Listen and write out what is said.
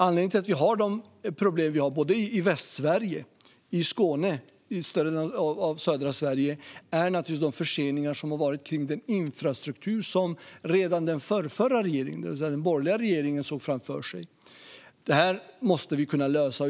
Anledningen till att vi har de problem vi har, både i Västsverige, i Skåne och i större delen av södra Sverige, är förseningarna när det gäller den infrastruktur som redan den förrförra regeringen - det vill säga den borgerliga regeringen - såg framför sig. Detta måste vi kunna lösa.